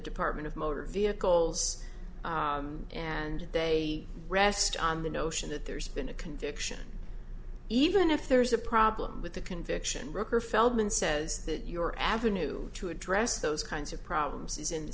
department of motor vehicles and they rest on the notion that there's been a conviction even if there is a problem with the conviction record feldman says that your avenue to address those kinds of problems i